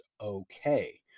okay